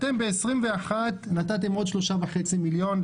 אתם ב-2021 נתתם עוד 3.5 מיליון.